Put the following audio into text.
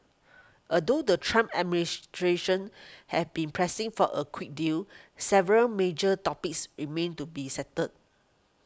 although the Trump administration have been pressing for a quick deal several major topics remain to be settled